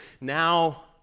Now